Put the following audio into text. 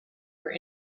were